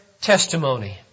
testimony